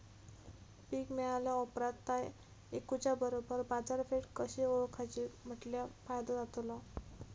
पीक मिळाल्या ऑप्रात ता इकुच्या बरोबर बाजारपेठ कशी ओळखाची म्हटल्या फायदो जातलो?